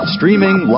Streaming